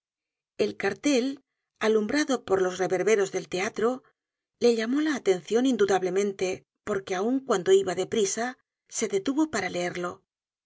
el cartel alumbrado por los reverberos del teatro le llamó la atencion indudablemente porque aun cuando iba de prisa se detuvo para leerlo un